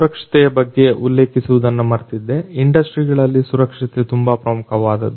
ಸುರಕ್ಷತೆಯ ಬಗ್ಗೆ ಉಲ್ಲೇಖಿಸುವುದನ್ನ ಮರೆತಿದ್ದೆ ಇಂಡಸ್ಟ್ರಿ ಗಳಲ್ಲಿ ಸುರಕ್ಷತೆ ತುಂಬಾ ಪ್ರಮುಖವಾದದ್ದು